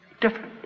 different